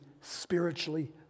spiritually